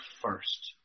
first